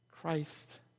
Christ